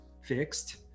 fixed